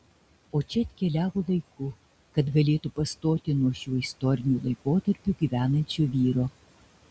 o čia atkeliavo laiku kad galėtų pastoti nuo šiuo istoriniu laikotarpiu gyvenančio vyro